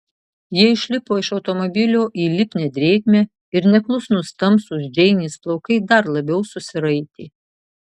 jie išlipo iš automobilio į lipnią drėgmę ir neklusnūs tamsūs džeinės plaukai dar labiau susiraitė